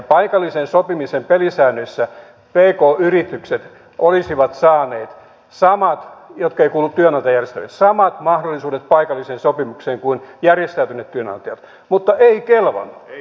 paikallisen sopimisen pelisäännöissä pk yritykset jotka eivät kuulu työnantajajärjestöihin olisivat saaneet samat mahdollisuudet paikalliseen sopimiseen kuin järjestäytyneet työnantajat mutta ei kelvannut